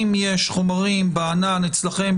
אם יש חומרים בענן אצלכם,